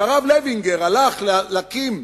כשהרב לוינגר הלך להקים